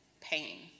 pain